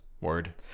Word